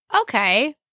Okay